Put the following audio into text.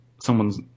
someone's